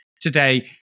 today